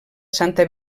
santa